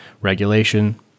regulation